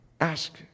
ask